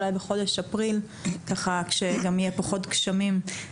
אולי בחודש אפריל כשגם יהיו פחות גשמים.